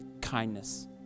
kindness